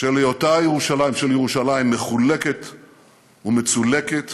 של היותה של ירושלים מחולקת ומצולקת